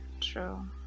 True